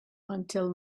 until